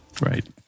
Right